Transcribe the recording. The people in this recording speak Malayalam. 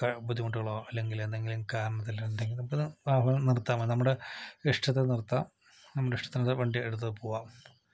ക ബുദ്ധിമുട്ടുകളോ അല്ലെങ്കിൽ എന്തെങ്കിലും കാരണമെന്തെങ്കിലുമുണ്ടെങ്കിലോ ഇപ്പോൾ നമുക്ക് കാർ നിർത്താം നമ്മുടെ ഇഷ്ടത്തിന് നിർത്താം നമ്മുടെ ഇഷ്ടത്തിന് വണ്ടിയെടുത്ത് പോകാം